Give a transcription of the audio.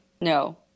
No